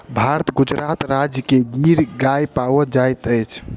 भारतक गुजरात राज्य में गिर गाय पाओल जाइत अछि